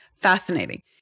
Fascinating